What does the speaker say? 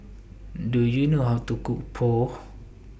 Do YOU know How to Cook Pho